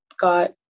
got